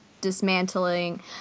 dismantling